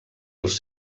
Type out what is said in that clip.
els